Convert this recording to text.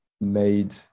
made